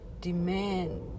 demand